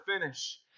finish